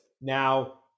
now